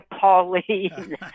Pauline